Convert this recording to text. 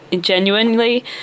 genuinely